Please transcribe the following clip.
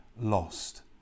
lost